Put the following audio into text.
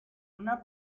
una